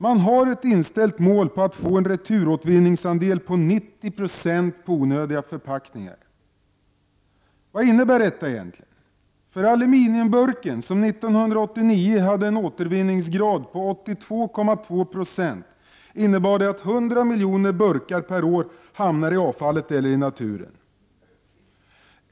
Målet är ju att få en returåtervinningsandel om 90 96 när det gäller onödiga förpackningar. Vad innebär detta egentligen? I frågan om aluminiumburken var det 82,2 0 år 1989 som återvanns och det innebär att 100 miljoner burkar per år hamnar i avfallet eller i naturen.